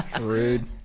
Rude